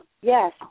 Yes